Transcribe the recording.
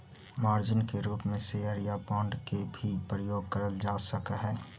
margin के रूप में शेयर या बांड के भी प्रयोग करल जा सकऽ हई